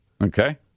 Okay